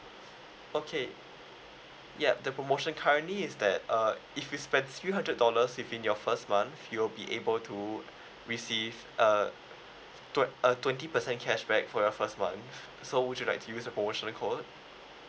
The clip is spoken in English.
okay yup the promotion currently is that uh if you spend three hundred dollars if in your first month you'll be able to receive uh twen~ uh twenty percent cashback for your first month so would you like to use a promotional code